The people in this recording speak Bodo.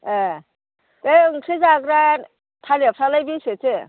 ए बे ओंख्रि जाग्रा थालिरफ्रालाय बेसेथो